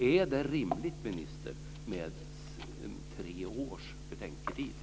Är det rimligt, ministern, med tre års betänketid?